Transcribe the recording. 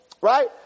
right